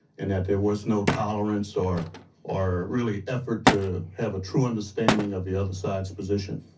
and that there was no tolerance or or really effort to have a true understanding of the other side's position.